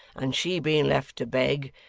and she being left to beg,